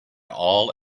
all